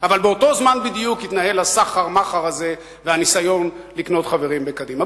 באותו זמן בדיוק התנהל הסחר-מכר הזה והניסיון לקנות חברים בקדימה.